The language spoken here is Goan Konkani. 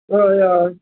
हय हय